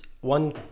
one